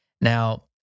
Now